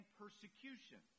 persecution